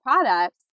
products